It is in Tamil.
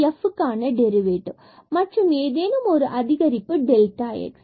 f இதற்கான டெரிவேட்டிவ் மற்றும் ஏதேனும் ஒரு அதிகரிப்பு டெல்டா x